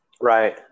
Right